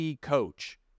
coach